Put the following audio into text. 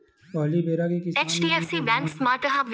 पहली बेरा के किसान मन के धान ल सरकार ह नइ बिसावत रिहिस हे